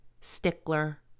stickler